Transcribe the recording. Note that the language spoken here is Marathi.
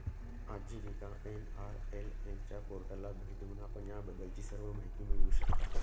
आजीविका एन.आर.एल.एम च्या पोर्टलला भेट देऊन आपण याबद्दलची सर्व माहिती मिळवू शकता